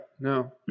no